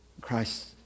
Christ